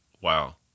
Wow